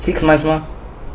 six months mah